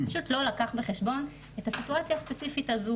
פשוט לא לקח בחשבון את הסיטואציה הספציפית הזו